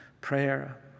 prayer